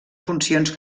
funcions